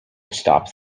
stopped